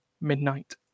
midnight